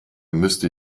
müsste